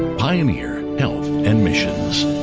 pioneer health and missions